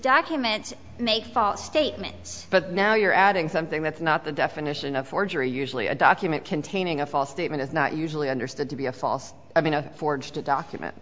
documents make false statements but now you're adding something that's not the definition of forgery usually a document containing a false statement is not usually understood to be a false i mean a forged document